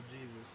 Jesus